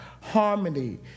harmony